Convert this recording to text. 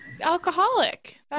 alcoholic